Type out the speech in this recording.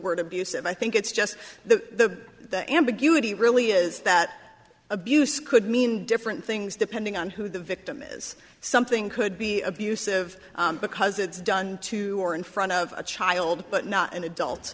word abusive i think it's just the the ambiguity really is that abuse could mean different things depending on who the victim is something could be abusive because it's done to or in front of a child but not an adult